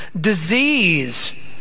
disease